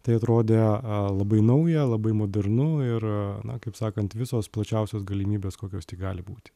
tai atrodė labai nauja labai modernu ir na kaip sakant visos plačiausios galimybės kokios tik gali būti